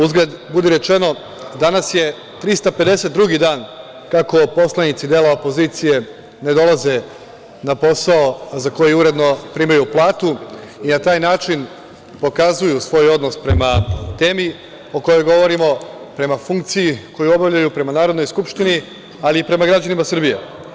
Uzgred budi rečeno, danas je 352. dan kako poslanici dela opozicije ne dolaze na posao za koji uredno primaju platu i na taj način pokazuju svoj odnos prema temi o kojoj govorimo, prema funkciji koju obavljaju, prema Narodnoj skupštini, ali i prema građanima Srbije.